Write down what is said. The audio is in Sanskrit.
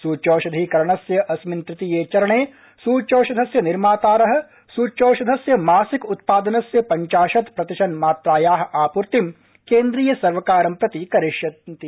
सूच्यौषधीकरणस्य अस्मिन् तृतीये चरणे सूच्यौषधस्य निर्मातार सूच्यौषधस्य मासिक उत्पादनस्य पञ्चाशत् प्रतिशन्मात्राया आपूर्ति केन्द्रीय सर्वकार प्रति करिष्यन्ति